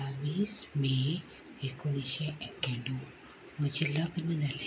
अठ्ठावीस मे एकोणिशें एक्याण्णव म्हजें लग्न जालें